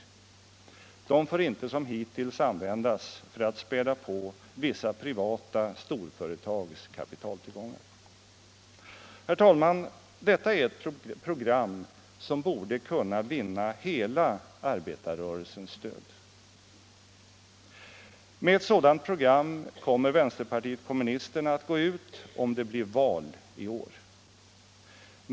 De medlen får inte som hittills användas för att späda på vissa privata storföretags kapitaltillgångar. Detta är ett program som borde kunna vinna hela arbetarrörelsens stöd. Med ett sådant program kommer vänsterpartiet kommunisterna att gå ut om det blir val i år.